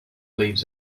leaves